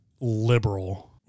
liberal